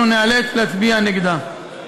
אנחנו ניאלץ להצביע נגדה.